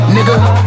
Nigga